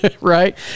Right